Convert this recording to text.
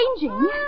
changing